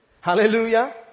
Hallelujah